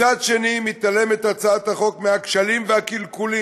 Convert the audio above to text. מצד שני הצעת החוק מתעלמת מהכשלים ומהקלקולים